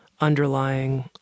underlying